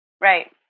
Right